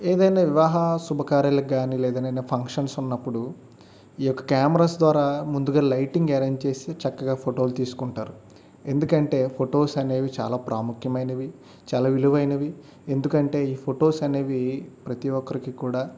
ఏదైన వివాహ శుభకార్యాలకు కానీ లేదా ఏదైన ఫంక్షన్స్ ఉన్నప్పుడు ఈ యొక్క క్యామరాస్ ద్వారా ముందుగా లైటింగ్ అరెంజ్ చేసి చక్కగా ఫోటోలు తీసుకుంటారు ఎందుకంటే ఫొటోస్ అనేవి చాలా ప్రాముఖ్యమైనవి చాలా విలువైనవి ఎందుకంటే ఈ ఫొటోస్ అనేవి ప్రతి ఒకరికి కూడా